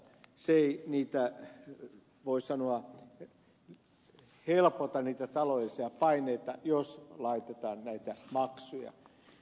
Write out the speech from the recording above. se ei niitä voi sanoa helpota niitä taloudellisia paineita jos laitetaan näitä maksuja